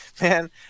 man